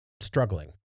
struggling